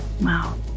Wow